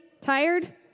Tired